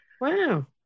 Wow